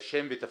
שם ותפקיד.